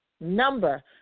Number